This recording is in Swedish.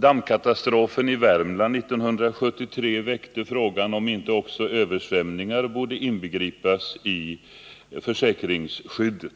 Dammkatastrofen i Värmland 1973 väckte frågan om inte också översvämningar borde inbegripas i försäkringsskyddet.